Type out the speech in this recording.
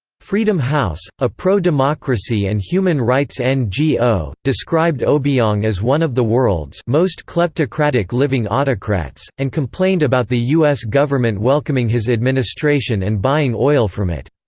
freedom house, a pro-democracy and human rights ngo, described obiang as one of the world's most kleptocratic living autocrats, and complained about the us government welcoming his administration and buying oil from it.